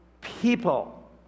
people